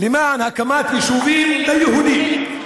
למען הקמת יישובים ליהודים.